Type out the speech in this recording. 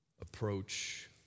approach